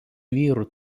vyrų